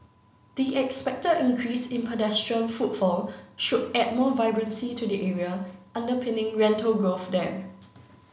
the expected increase in pedestrian footfall should add more vibrancy to the area underpinning rental growth there